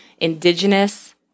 indigenous